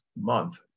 Month